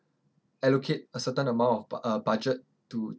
allocate a certain amount of uh budget to